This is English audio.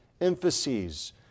emphases